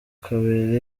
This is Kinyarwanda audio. kabiri